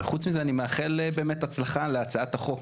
וחוץ מזה אני מאחל באמת הצלחה להצעת החוק